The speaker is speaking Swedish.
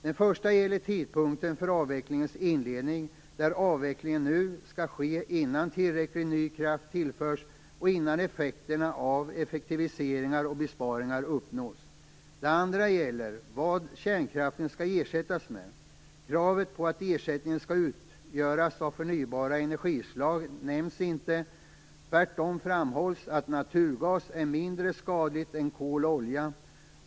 Det första gäller tidpunkten för avvecklingens inledning, där avvecklingen nu skall ske innan tillräcklig ny kraft tillförts och innan effekterna av effektiviseringar och besparingar uppnåtts. Det gäller bl.a. vad kärnkraften skall ersättas med. Kravet på att ersättningen skall utgöras av förnybara energislag nämns inte. Tvärtom framhålls att naturgas är mindre skadligt än kol och olja.